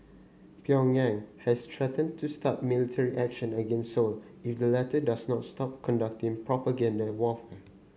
Pyongyang has threatened to start military action against Seoul if the latter does not stop conducting propaganda warfare